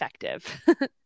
effective